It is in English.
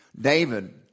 David